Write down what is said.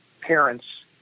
parents